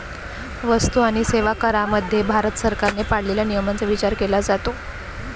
वस्तू आणि सेवा करामध्ये भारत सरकारने पाळलेल्या नियमांचा विचार केला जातो